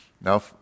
Now